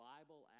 Bible